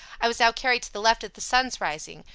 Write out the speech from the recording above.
i was now carried to the left of the sun's rising,